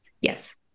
Yes